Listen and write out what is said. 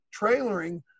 trailering